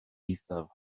eithaf